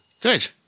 Good